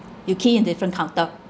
you key in different counter